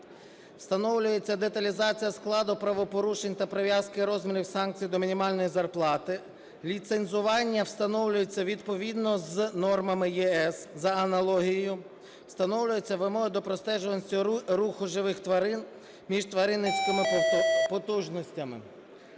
Встановлюється деталізація складу правопорушень та прив'язки розмірів санкцій до мінімальної зарплати. Ліцензування встановлюється відповідно з нормами ЄС за аналогією. Встановлюються вимоги до простежуваності руху живих тварин між тваринницькими потужностями.